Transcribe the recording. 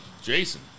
Jason